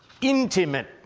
intimate